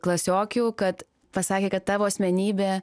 klasiokių kad pasakė kad tavo asmenybė